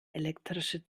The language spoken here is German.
elektrische